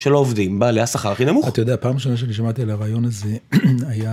של העובדים בעלי השכר הכי נמוך אתה יודע פעם ראשונה שאני שמעתי על הרעיון הזה היה.